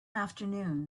afternoon